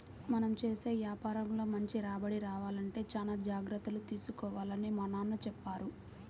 మనం చేసే యాపారంలో మంచి రాబడి రావాలంటే చానా జాగర్తలు తీసుకోవాలని మా నాన్న చెప్పారు